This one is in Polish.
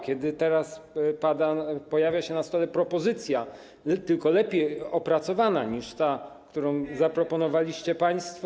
Kiedy teraz pojawia się na stole propozycja, tylko lepiej opracowana niż ta, którą zaproponowaliście państwo.